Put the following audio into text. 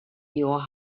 your